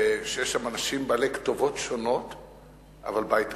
אני נוטה לומר שיש שם אנשים בעלי כתובות שונות אבל בית אחד,